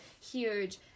huge